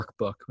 workbook